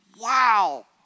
Wow